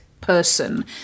person